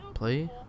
Play